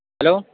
hello